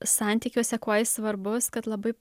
santykiuose kuo jis svarbus kad labai